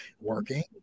working